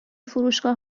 فروشگاه